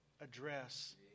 address